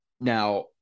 Now